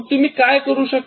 तुम्ही काय करू शकता